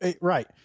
Right